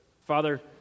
Father